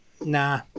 nah